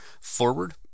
forward